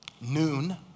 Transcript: Noon